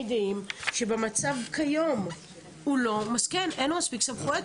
דעים שבמצב כיום אין לו מספיק סמכויות,